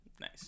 nice